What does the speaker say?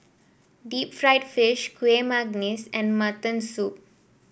Deep Fried Fish Kueh Manggis and Mutton Soup